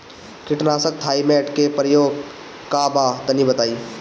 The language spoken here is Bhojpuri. कीटनाशक थाइमेट के प्रयोग का बा तनि बताई?